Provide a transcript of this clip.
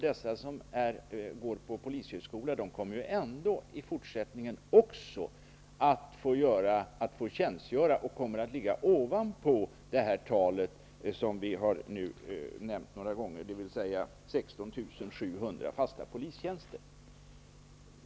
Dessa, som går på polishögskola, skall ju också tjänstgöra i fortsättningen och kommer följaktligen att ligga utanför antalet, dvs. 16 700 fasta polistjänster.